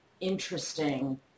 interesting